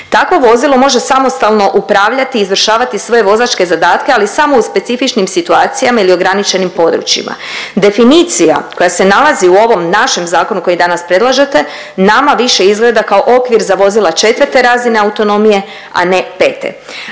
Takvo vozilo može samostalno upravljati i izvršavati svoje vozačke zadatke, ali samo u specifičnim situacijama ili ograničenim područjima. Definicija koja se nalazi u ovom našem zakonu koji danas predlažete nama više izgleda kao okvir za vozila 4. razine autonomije, a ne 5..